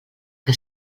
què